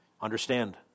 Understand